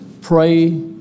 pray